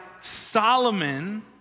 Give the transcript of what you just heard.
Solomon